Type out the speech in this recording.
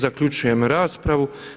Zaključujem raspravu.